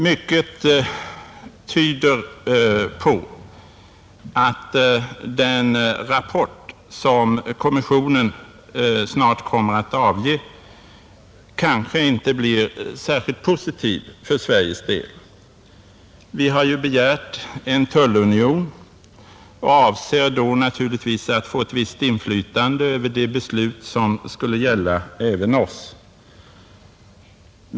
Mycket tyder på att den rapport, som kommissionen snart kommer att avge, kanske inte kommer att bli särskilt positiv för Sveriges del. Vi har ju begärt en tullunion och avser då naturligtvis att få ett visst inflytande över de beslut som skulle gälla även oss.